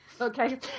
Okay